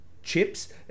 chips